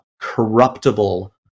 corruptible